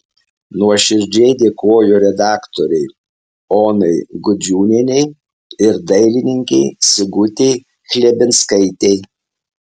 nuoširdžiai dėkoju redaktorei onai gudžiūnienei ir dailininkei sigutei chlebinskaitei